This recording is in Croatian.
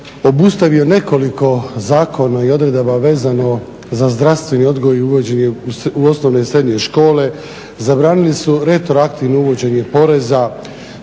obustavio nekoliko zakona i odredaba vezano za zdravstveni odgoj i uvođenje u osnovne i srednje škole, zabranili su retroaktivno uvođenje poreza,